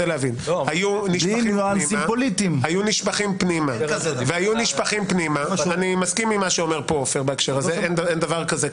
היו נשפכים פנימה- - אין דבר כזה.